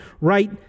right